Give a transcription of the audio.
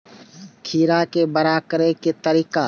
खीरा के बड़ा करे के तरीका?